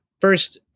first